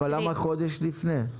אבל למה חודש לפני?